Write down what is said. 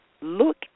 look